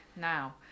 Now